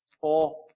four